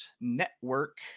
Network